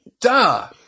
Duh